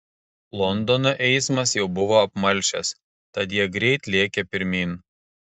londono eismas jau buvo apmalšęs tad jie greit lėkė pirmyn